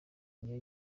niyo